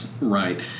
right